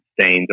stains